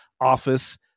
office